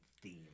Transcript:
theme